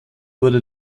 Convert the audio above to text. wurde